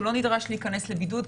הוא לא נדרש להיכנס לבידוד,